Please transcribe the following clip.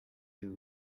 you